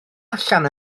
allan